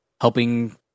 helping